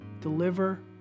deliver